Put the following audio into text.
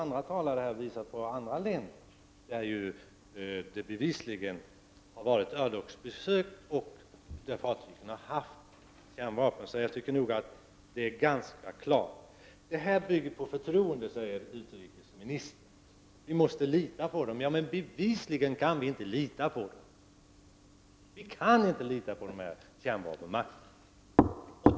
Andra talare har här visat på andra länder där det bevisligen har varit örlogsbesök och där fartygen har varit kärnvapenbestyckade. Utrikesministern säger att detta bygger på förtroende. Vi måste lita på kärnvapenmakterna. Men bevisligen kan vi inte lita på dem.